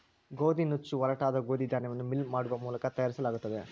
ಗೋದಿನುಚ್ಚು ಒರಟಾದ ಗೋದಿ ಧಾನ್ಯವನ್ನು ಮಿಲ್ ಮಾಡುವ ಮೂಲಕ ತಯಾರಿಸಲಾಗುತ್ತದೆ